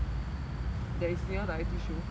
that is near the I_T show